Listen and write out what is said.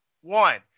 One